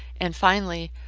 and finally,